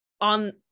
on